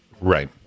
Right